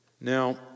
Now